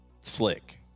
slick